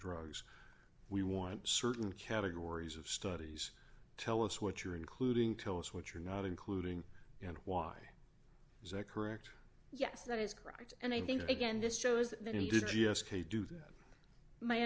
drugs we wanted certain categories of studies tell us what you're including tell us what you're not including you know why is that correct yes that is correct and i think again this show